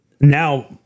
now